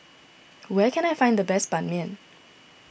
where can I find the best Ban Mian